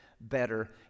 better